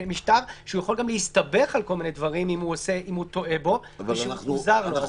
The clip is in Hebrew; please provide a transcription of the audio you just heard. שהוא יכול גם להסתבך בכל מיני דברים אם הוא טועה בו ושהוא זר לו.